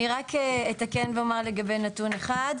אני רק אתקן ואומר לגבי נתון אחד,